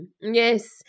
Yes